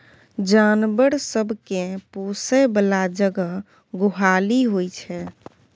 जानबर सब केँ पोसय बला जगह गोहाली होइ छै